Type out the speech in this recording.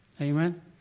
Amen